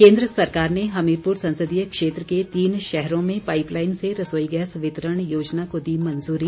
केन्द्र सरकार ने हमीरपुर संसदीय क्षेत्र के तीन शहरों में पाईपलाईन से रसोईगैस वितरण योजना को दी मंजूरी